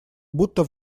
будто